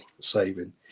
saving